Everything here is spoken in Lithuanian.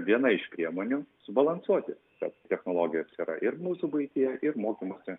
viena iš priemonių subalansuoti šios technologijos yra ir mūsų buityje ir mokymosi